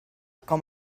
com